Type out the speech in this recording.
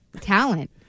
talent